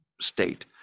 state